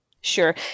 Sure